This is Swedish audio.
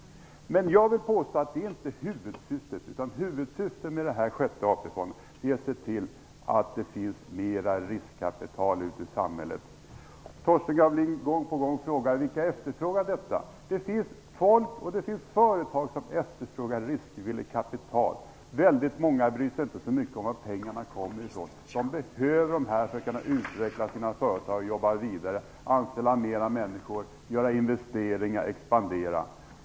Men jag vill påstå att detta inte är huvudsyftet med den sjätte AP-fonden. Det är att se till att det finns mer riskkapital ute i samhället. Torsten Gavelin återkommer gång på gång till vilka som efterfrågar detta. Det finns folk och företag som efterfrågar riskvilligt kapital. Väldigt många bryr sig inte om var pengarna kommer ifrån; de behöver pengarna för att kunna utveckla sina företag, jobba vidare, anställa fler personer, investera och expandera.